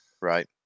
Right